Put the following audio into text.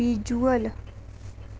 visual